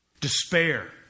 despair